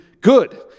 good